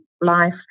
life